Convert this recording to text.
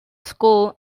school